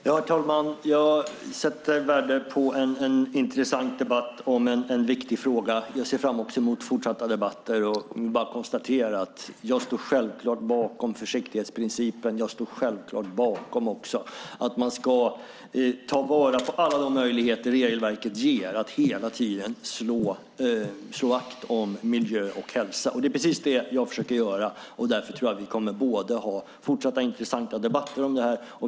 Herr talman! Jag sätter värde på en intressant debatt om en viktig fråga. Jag ser fram emot fortsatta debatter. Jag står självklart bakom försiktighetsprincipen. Jag står självklart också bakom att man ska ta vara på alla de möjligheter regelverket ger att hela tiden slå vakt om miljö och hälsa. Det är precis detta jag försöker göra. Därför tror jag att vi kommer att ha fortsatta intressanta debatter om detta.